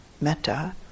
metta